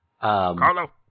Carlo